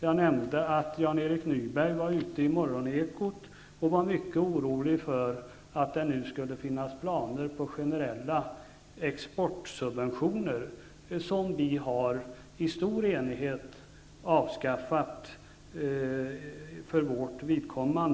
Jag nämnde att Jan-Erik Nyberg i Morgonekot var mycket orolig för att det nu skulle finnas planer på generella exportsubventioner. Dessa har vi i stor enighet avskaffat.